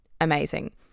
Amazing